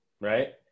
right